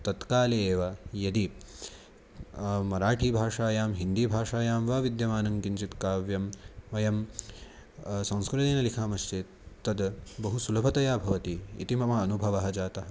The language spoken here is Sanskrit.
तत्काले एव यदि मराठीभाषायां हिन्दीभाषायां वा विद्यमानं किञ्चित् काव्यं वयं संस्कृतेन लिखामश्चेत् तद् बहु सुलभतया भवति इति मम अनुभवः जातः